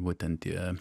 būtent tie